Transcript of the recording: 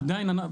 עדיין אנחנו,